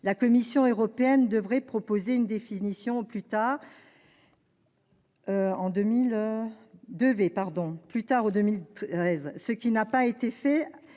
La Commission européenne devait proposer une définition au plus tard en 2013, ce qu'elle n'a pas fait